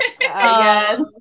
Yes